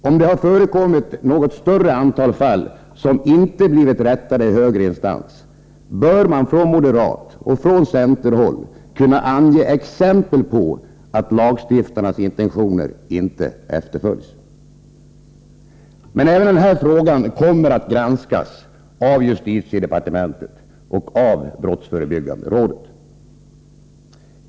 Om det förekommit något större antal fall som inte blivit rättade i högre instans, bör man från moderathåll och från centerhåll kunna ange exempel på att lagstiftarens intentioner inte efterföljs. Men även denna fråga kommer att granskas av justitiedepartementet och av brottsförebyggande rådet.